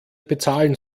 bezahlen